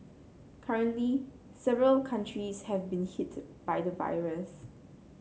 currently several countries have been hit by the virus